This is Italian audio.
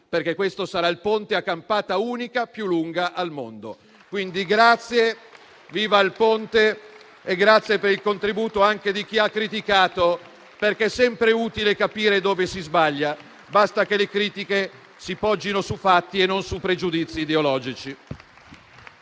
perché questo sarà il Ponte a campata unica più lungo al mondo. Viva il Ponte e grazie per il contributo anche di chi ha criticato, perché è sempre utile capire dove si sbaglia, basta che le critiche si fondino su fatti e non su pregiudizi ideologici.